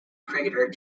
cricketer